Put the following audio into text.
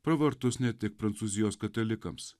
pravartus ne tik prancūzijos katalikams